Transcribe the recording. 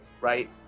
right